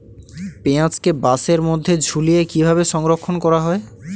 পেঁয়াজকে বাসের মধ্যে ঝুলিয়ে কিভাবে সংরক্ষণ করা হয়?